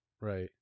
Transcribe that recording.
right